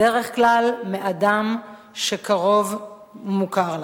בדרך כלל מבן-אדם שקרוב ומוכר לה.